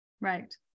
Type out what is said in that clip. right